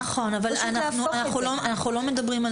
נכון אבל אנחנו לא מדברים על